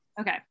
Okay